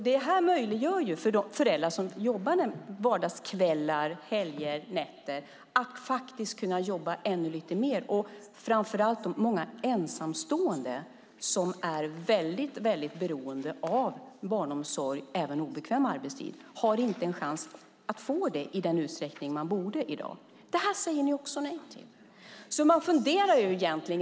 Det möjliggör för föräldrar som jobbar vardagskvällar, helger och nätter att faktiskt jobba mer. Det gäller framför allt många ensamstående som är beroende av barnomsorg även på obekväm arbetstid. De har inte en chans att få det i den utsträckning de borde i dag. Det säger ni också nej till.